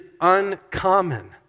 uncommon